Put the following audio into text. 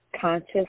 conscious